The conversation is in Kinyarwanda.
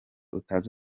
utazi